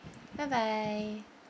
bye bye